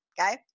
okay